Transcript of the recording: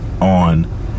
On